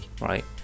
right